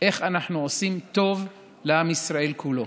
איך אנחנו עושים טוב לעם ישראל כולו.